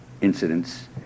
incidents